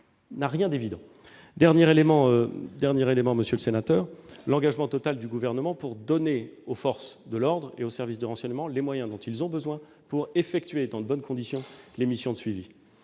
n'a rien d'évident. Troisième et dernier élément, monsieur le sénateur, l'engagement total du Gouvernement pour donner aux forces de l'ordre et aux services de renseignement les moyens dont ils ont besoin pour effectuer dans de bonnes conditions les missions de suivi.